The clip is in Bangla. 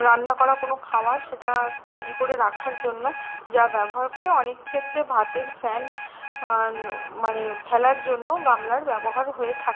রান্না করা কোনো খাওয়ার সেটা তৈরি করে রাখার জন্য যা ব্যবহার করি অনেক ক্ষেত্রে ভাতের ফ্যান মানে ফেলার জন্য গামলার ব্যবহার হয়ে থাকে